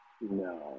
no